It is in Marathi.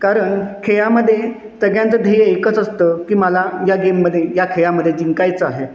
कारण खेळामध्ये सगळ्यांचं ध्येय एकच असतं की मला या गेममध्ये या खेळामध्ये जिंकायचं आहे